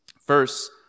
First